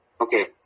Okay